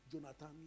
Jonathan